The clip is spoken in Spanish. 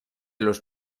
los